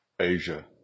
Asia